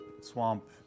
swamp